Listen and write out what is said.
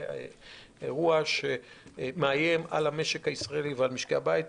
זה אירוע שמאיים על המשק הישראלי ועל משקי הבית.